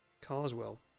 Carswell